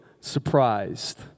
surprised